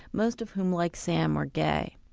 most of whom, like sam, were gay.